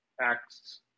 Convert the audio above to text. acts